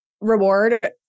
reward